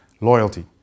loyalty